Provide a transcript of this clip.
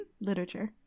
literature